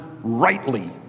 rightly